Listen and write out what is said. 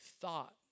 thought